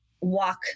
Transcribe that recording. walk